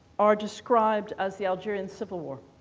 are described as the algerian civil war,